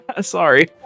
sorry